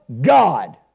God